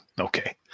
okay